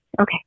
okay